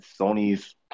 Sony's